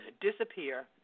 disappear